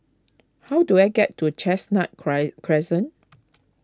how do I get to Chestnut Cry Crescent